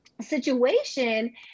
situation